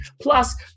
Plus